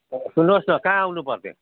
सुन्नुहोस् न कहाँ आउनुपर्ने